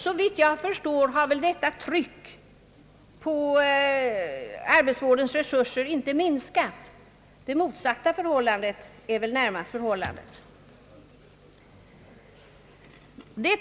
Såvitt jag förstår har emellertid detta tryck på arbetsvårdens resurser inte minskat. Det motsatta är väl närmast förhållandet.